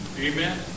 Amen